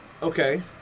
Okay